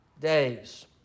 days